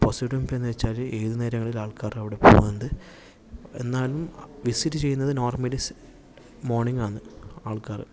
പോസാടി ഗുംപെ എന്നുവച്ചല് ഏത് നേരങ്ങളിലും ആൾക്കാര് അവിടെ പോകാണ്ട് എന്നാലും വിസിറ്റ് ചെയ്യുന്നത് നോർമലി മോർണിംഗ് ആണ് ആൾക്കാര്